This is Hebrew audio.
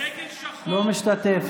זה דגל שחור, לא משתתף.